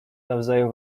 nawzajem